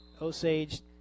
Osage